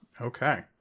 Okay